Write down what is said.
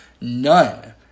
none